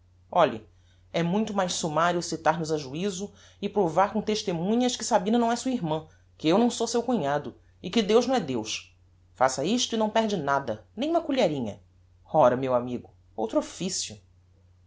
olhe é muito mais summario citar nos a juizo e provar com testemunhas que sabina não é sua irmã que eu não sou seu cunhado e que deus não é deus faça isto e não perde nada nem uma colherinha ora meu amigo outro officio